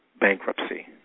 bankruptcy